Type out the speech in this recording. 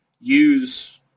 use